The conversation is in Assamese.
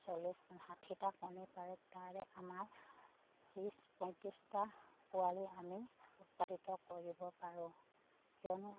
চল্লিছ পা ষাঠিটা কণী পাৰে তাৰে আমাৰ ত্ৰিছ পঁইত্ৰিছটা পোৱালি আমি উৎপাদিত কৰিব পাৰোঁ কিয়নো